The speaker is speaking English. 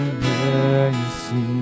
mercy